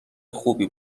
خوبی